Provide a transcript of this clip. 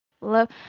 Love